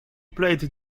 played